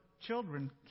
children